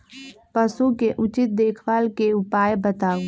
पशु के उचित देखभाल के उपाय बताऊ?